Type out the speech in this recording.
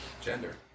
gender